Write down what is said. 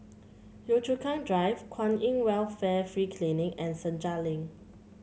Yio Chu Kang Drive Kwan In Welfare Free Clinic and Senja Link